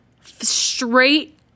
Straight